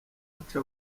nca